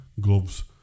gloves